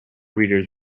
readers